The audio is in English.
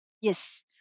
Yes